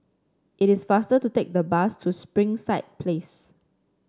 it is faster to take the bus to Springside Place